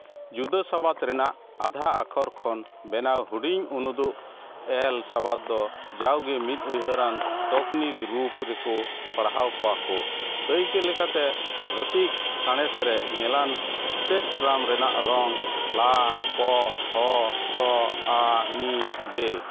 ᱡᱩᱫᱟᱹ ᱥᱟᱵᱟᱫ ᱨᱮᱱᱟᱜ ᱟᱫᱷᱟ ᱟᱠᱷᱚᱨ ᱠᱷᱚᱱ ᱵᱮᱱᱟᱣ ᱦᱩᱰᱤᱧ ᱩᱱᱩᱫᱩᱜ ᱮᱞ ᱥᱟᱵᱟᱫ ᱫᱚ ᱡᱟᱣᱜᱮ ᱢᱤᱫ ᱩᱭᱦᱟᱹᱨᱟᱱ ᱛᱚᱠᱱᱤᱠ ᱨᱩᱯ ᱨᱮᱠᱚ ᱯᱟᱲᱦᱟᱣ ᱠᱚᱣᱟ ᱠᱚ ᱫᱟᱹᱭᱠᱟᱹ ᱞᱮᱠᱟᱛᱮ ᱵᱷᱟᱹᱛᱤᱠ ᱥᱟᱬᱮᱥ ᱨᱮ ᱧᱮᱞᱟᱱ ᱥᱯᱮᱠᱴᱨᱟᱢ ᱨᱮᱱᱟᱜ ᱨᱚᱝ ᱞᱟ ᱠᱚ ᱦᱚ ᱥᱚ ᱟ ᱢᱤ ᱵᱮ